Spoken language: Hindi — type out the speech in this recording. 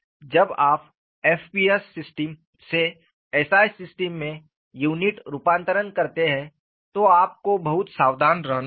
जब आप FPS सिस्टम से SI सिस्टम में यूनिट रूपांतरण करते हैं तो आपको बहुत सावधान रहना होगा